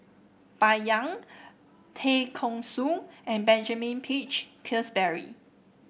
Bai Yan Tay Kheng Soon and Benjamin Peach Keasberry